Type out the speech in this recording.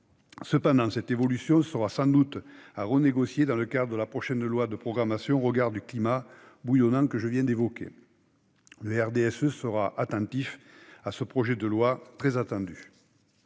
Cependant, cette évolution sera sans doute à renégocier dans le cadre de la prochaine loi de programmation au regard du climat bouillonnant que je viens d'évoquer. Le RDSE sera vigilant sur ce projet de loi très attendu.